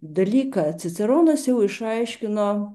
dalyką ciceronas jau išaiškino